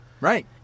Right